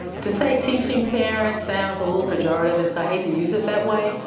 to say teaching parents sounds a little pejorative and so i hate to use it that way,